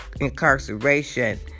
incarceration